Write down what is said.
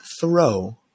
throw